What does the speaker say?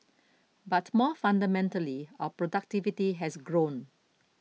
but more fundamentally our productivity has grown